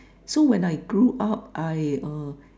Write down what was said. so when I grew up I err